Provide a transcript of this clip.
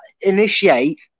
initiate